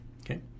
Okay